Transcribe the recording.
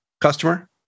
customer